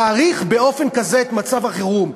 להאריך באופן כזה את מצב החירום.